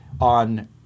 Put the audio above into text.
on